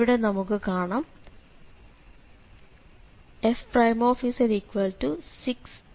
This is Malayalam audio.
ഇവിടെ നമുക്ക് കാണാം fz6z cos z ആണ്